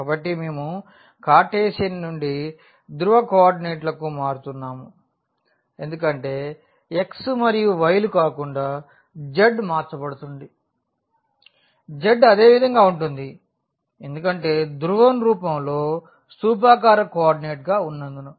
కాబట్టి మేము కార్టేసియన్ నుండి ధ్రువ కోఆర్డినేట్లకు మారుతున్నాము ఎందుకంటే x మరియు y లు కాకుండా z మార్చబడుతుంది zఅదే విధంగా ఉంటుంది ఎందుకంటే ధ్రువం రూపంలో స్థూపాకార కోఆర్డినేట్ గా ఉన్నందున